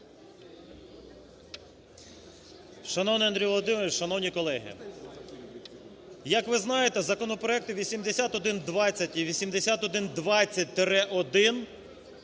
Шановний Андрій Володимировичу! Шановні колеги! Як ви знаєте, законопроекти 8120 і 8120-1